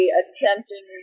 attempting